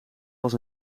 was